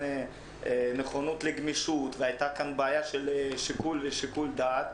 נכונות לגמישות והייתה כאן בעיה של שיקול דעת.